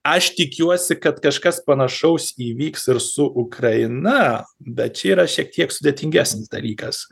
aš tikiuosi kad kažkas panašaus įvyks ir su ukraina bet čia yra šiek tiek sudėtingesnis dalykas